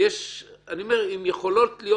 אני אומר שיכולות להיות